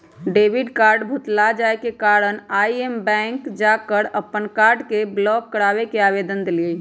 debit card भुतला जाय के कारण आइ हम बैंक जा कऽ अप्पन कार्ड के ब्लॉक कराबे के आवेदन देलियइ